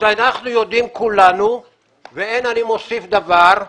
אנחנו יודעים כולנו ואין אני מוסיף דבר,